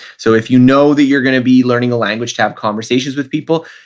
so if you know that you're going to be learning a language to have conversations with people,